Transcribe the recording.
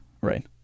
Right